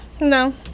No